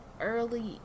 early